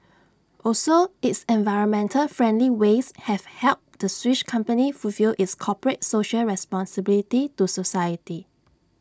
also its environmental friendly ways have helped the Swiss company fulfil its corporate social responsibility to society